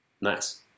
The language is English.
Nice